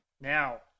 Now